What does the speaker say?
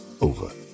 over